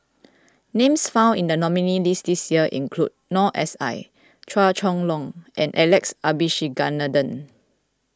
names found in the nominees list this year include Noor S I Chua Chong Long and Alex Abisheganaden